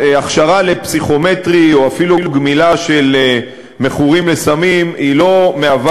הכשרה לפסיכומטרי או אפילו גמילה של מכורים לסמים לא מהווה